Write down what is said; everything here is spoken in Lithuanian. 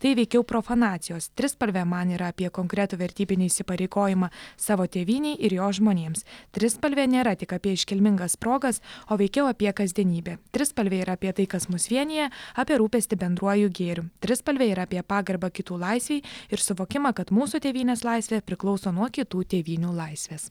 tai veikiau profanacijos trispalvė man yra apie konkretų vertybinį įsipareigojimą savo tėvynei ir jos žmonėms trispalvė nėra tik apie iškilmingas progas o veikiau apie kasdienybę trispalvė yra apie tai kas mus vienija apie rūpestį bendruoju gėriu trispalvė yra apie pagarbą kitų laisvei ir suvokimą kad mūsų tėvynės laisvė priklauso nuo kitų tėvynių laisvės